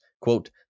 quote